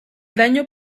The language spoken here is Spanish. daño